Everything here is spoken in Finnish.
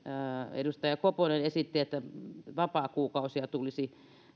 edustaja koponen esitti että vapaakuukausia tulisi